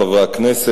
חברי חברי הכנסת,